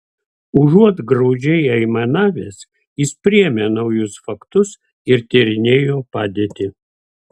užuot graudžiai aimanavęs jis priėmė naujus faktus ir tyrinėjo padėtį